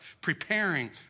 preparing